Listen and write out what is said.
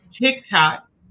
TikTok